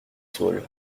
saules